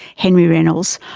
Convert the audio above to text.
henry reynolds,